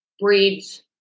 breeds